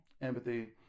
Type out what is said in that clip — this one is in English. Empathy